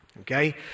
Okay